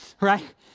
Right